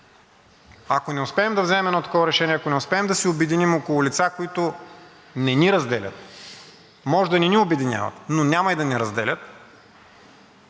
Ако не успеем да вземем едно такова решение, ако не успеем да се обединим около лица, които не ни разделят, може да не ни обединяват, но няма и да ни разделят,